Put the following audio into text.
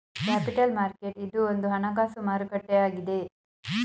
capital market ಇದು ಒಂದು ಹಣಕಾಸು ಮಾರುಕಟ್ಟೆ ಆಗಿದೆ